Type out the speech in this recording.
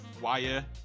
Wire